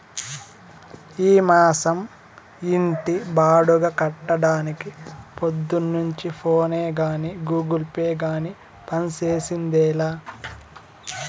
ఈ మాసం ఇంటి బాడుగ కట్టడానికి పొద్దున్నుంచి ఫోనే గానీ, గూగుల్ పే గానీ పంజేసిందేలా